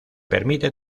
permite